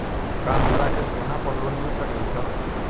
का हमरा के सोना पर लोन मिल सकलई ह?